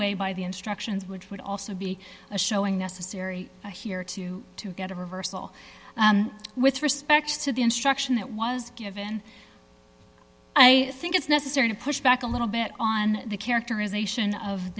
way by the instructions which would also be a showing necessary here to get a reversal with respect to the instruction that was given i think it's necessary to push back a little bit on the characterization of